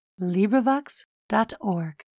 LibriVox.org